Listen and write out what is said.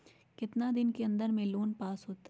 कितना दिन के अन्दर में लोन पास होत?